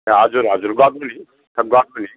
हजुर हजुर गर्नु नि गर्नु नि